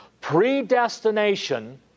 predestination